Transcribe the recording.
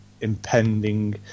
impending